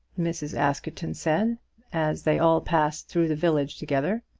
mrs. askerton said as they all passed through the village together.